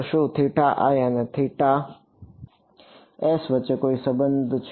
તો શું અને વચ્ચે કોઈ સંબંધ છે